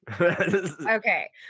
okay